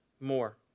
more